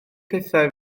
pethau